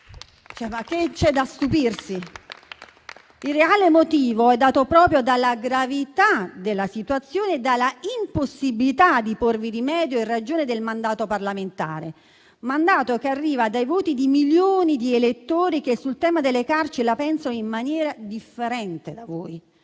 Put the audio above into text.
C'è da stupirsi? Il reale motivo è dato proprio dalla gravità della situazione e dalla impossibilità di porvi rimedio in ragione del mandato parlamentare, che arriva dai voti di milioni di elettori che sul tema delle carceri la pensano in maniera differente da voi.